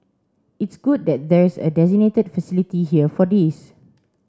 it's good that there's a designated facility here for this